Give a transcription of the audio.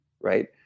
right